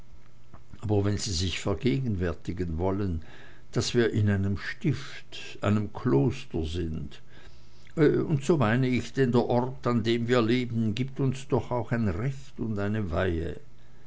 aber wenn sie sich vergegenwärtigen wollen daß wir in einem stift einem kloster sind und so meine ich denn der ort an dem wir leben gibt uns doch auch ein recht und eine weihe